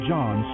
John